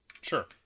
Sure